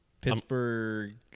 Pittsburgh